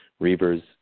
Reavers